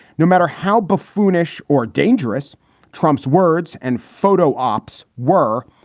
no matter how buffoonish or dangerous trump's words and photo ops were,